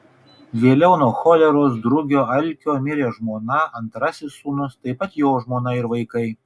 vėliau nuo choleros drugio alkio mirė žmona antrasis sūnus taip pat jo žmona ir vaikai